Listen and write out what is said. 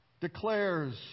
declares